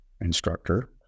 instructor